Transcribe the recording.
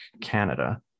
Canada